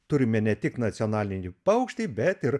turime ne tik nacionalinį paukštį bet ir